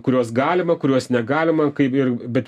kuriuos galima kuriuos negalima kaip ir bet